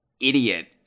idiot